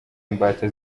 imbata